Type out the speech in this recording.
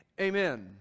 Amen